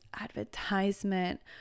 advertisement